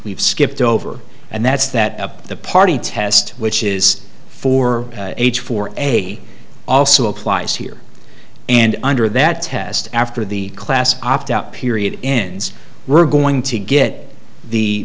we've skipped over and that's that the party test which is for h four eighty also applies here and under that test after the class opt out period ends we're going to get the